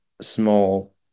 small